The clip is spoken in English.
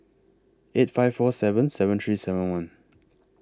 eight five four seven seven three seven one